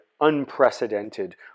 unprecedented